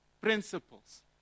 principles